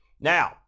Now